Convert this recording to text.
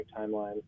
timeline